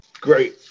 Great